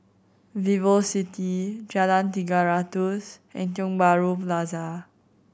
VivoCity Jalan Tiga Ratus Tiong Bahru Plaza